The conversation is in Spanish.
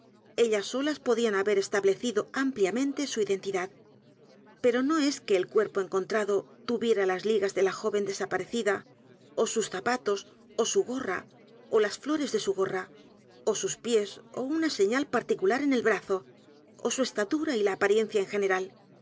ellas solas podían h a b e r establecido ampliamente su identidad p e r o no es que el cuerpo encontrado tuviera l a s ligas de la joven desaparecida ó sus zapatos ó su gorra ó las flores de su gorra ó sus pies ó u n a señal particular en el brazo ó su estatura y la apariencia en